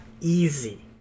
easy